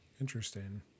Interesting